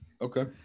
Okay